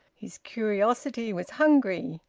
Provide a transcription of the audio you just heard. his curiosity was hungry.